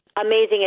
Amazing